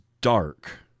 dark